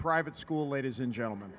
private school ladies and gentlem